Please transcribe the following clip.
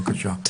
בבקשה,